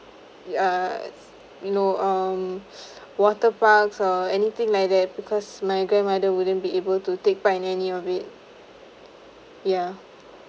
uh you know um water parks or anything like that because my grandmother wouldn't be able to take part any of it ya